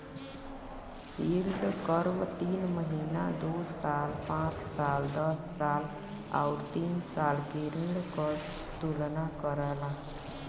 yield curve तीन महीना, दो साल, पांच साल, दस साल आउर तीस साल के ऋण क तुलना करला